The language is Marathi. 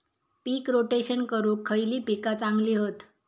पीक रोटेशन करूक खयली पीका चांगली हत?